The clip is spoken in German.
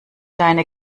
deine